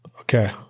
Okay